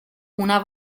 una